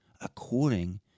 according